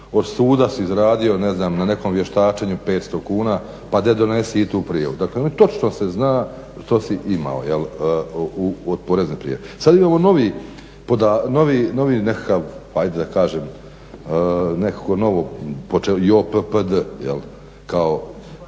od suda si zaradio ne znam na nekom vještačenju 500 kuna pa de donesi i tu prijavu. Dakle, točno se zna što si imao jel' od porezne prijave. Sad imamo novi nekakav ajde da kažem